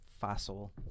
fossil